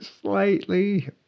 slightly